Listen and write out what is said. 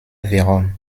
vérone